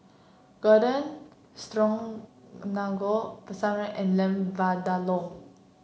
Garden Paneer and Lamb Vindaloo